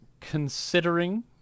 considering